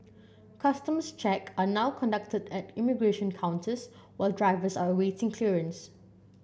customs check are now conducted at immigration counters while drivers are awaiting clearance